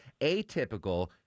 atypical